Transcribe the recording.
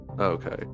Okay